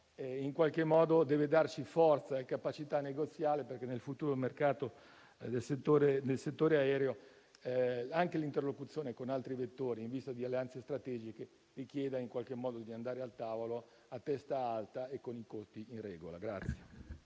di ITA deve darci forza e capacità negoziale, perché nel futuro mercato del settore aereo anche l'interlocuzione con altri vettori, in vista di alleanze strategiche, richiede di andare al tavolo a testa alta e con i conti in regola.